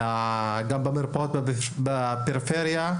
וגם במרפאות בפריפריה,